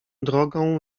drogą